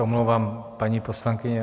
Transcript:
Omlouvám se, paní poslankyně.